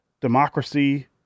democracy